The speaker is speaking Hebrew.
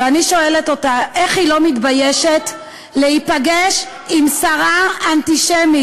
ואני שואלת אותה איך היא לא מתביישת להיפגש עם שרה אנטישמית,